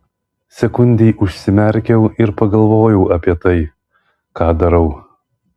sekundei užsimerkiau ir pagalvojau apie tai ką darau